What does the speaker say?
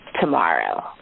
tomorrow